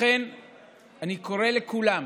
לכן אני קורא לכולם,